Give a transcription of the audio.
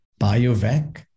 BioVac